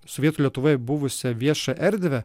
sovietų lietuvoje buvusią viešą erdvę